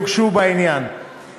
ביותר בעיני שנקבע בחקיקה הוא,